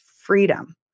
freedom